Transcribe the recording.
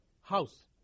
house